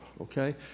okay